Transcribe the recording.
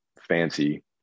fancy